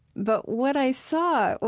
but what i saw,